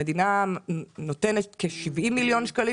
המדינה נותנת כ-70 מיליון שקלים,